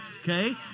okay